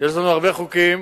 יש לנו הרבה חוקים